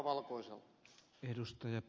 arvoisa puhemies